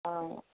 ആ